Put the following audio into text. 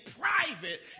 private